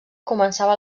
començava